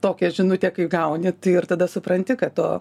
tokią žinutę kai gauni tai ir tada supranti kad to